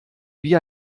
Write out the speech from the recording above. wie